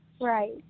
Right